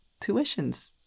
tuition's